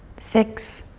six,